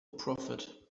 prophet